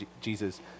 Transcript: Jesus